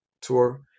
tour